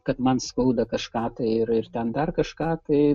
kad man skauda kažką tai ir ir ten dar kažką tai